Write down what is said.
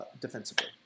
defensively